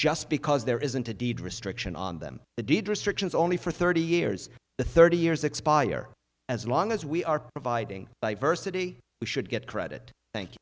just because there isn't a deed restriction on them the deed restrictions only for thirty years the thirty years expire as long as we are providing by versity we should get credit thank